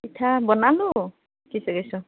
পিঠা বনালোঁ কিছু কিছু